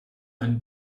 einen